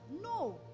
no